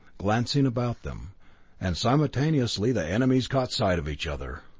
glancing about them and simultaneously the enemies caught sight of each other.